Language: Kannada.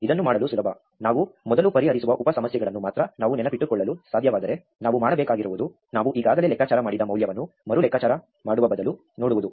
ಇದನ್ನು ಮಾಡಲು ಸುಲಭ ನಾವು ಮೊದಲು ಪರಿಹರಿಸಿರುವ ಉಪ ಸಮಸ್ಯೆಗಳನ್ನು ಮಾತ್ರ ನಾವು ನೆನಪಿಟ್ಟುಕೊಳ್ಳಲು ಸಾಧ್ಯವಾದರೆ ನಾವು ಮಾಡಬೇಕಾಗಿರುವುದು ನಾವು ಈಗಾಗಲೇ ಲೆಕ್ಕಾಚಾರ ಮಾಡಿದ ಮೌಲ್ಯವನ್ನು ಮರು ಲೆಕ್ಕಾಚಾರ ಮಾಡುವ ಬದಲು ನೋಡುವುದು